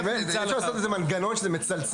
אי אפשר לעשות איזה שהוא מנגנון שזה מצלצל